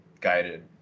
guided